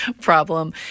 problem